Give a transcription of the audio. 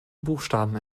buchstaben